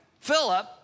Philip